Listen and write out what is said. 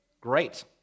great